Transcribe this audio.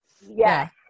Yes